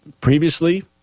previously